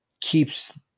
keeps